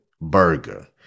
burger